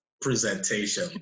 presentation